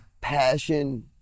passion